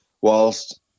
whilst